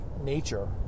nature